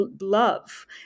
love